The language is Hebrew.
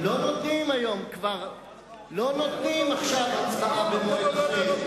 לא נותנים היום הצבעה במועד אחר.